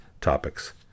topics